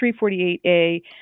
348A